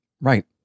Right